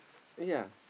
yea